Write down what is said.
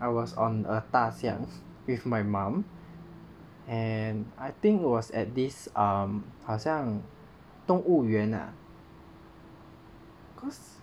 I was on a 大象 with my mum and I think it was at this um 好像动物园 ah cause